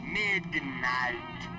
midnight